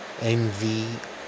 envy